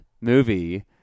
movie